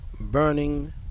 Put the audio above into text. burning